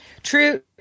True